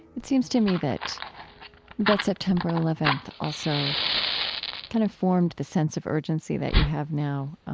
it seems to me that that september eleventh also kind of formed the sense of urgency that you have now.